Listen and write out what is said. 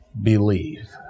believe